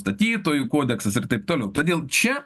statytojų kodeksas ir taip toliau todėl čia